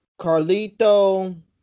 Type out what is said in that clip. Carlito